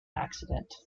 accident